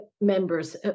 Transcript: members